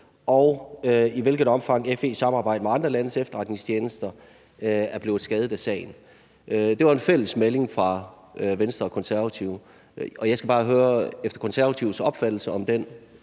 3) i hvilket omfang FE-samarbejdet med andre landes efterretningstjenester er blevet skadet af sagen. Det var en fælles melding fra Venstre og Konservative. Jeg skal bare høre, om den undersøgelse, der